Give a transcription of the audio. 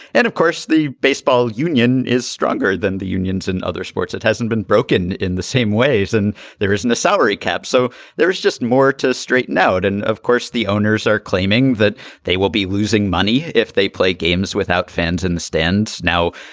and of course, the baseball union is stronger than the unions and other sports. it hasn't been broken in the same ways. and there isn't the salary cap. so there there's just more to straighten out and of course, the owners are claiming that they will be losing money if they play games without fans in the stands. now,